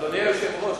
אדוני היושב-ראש,